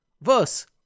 verse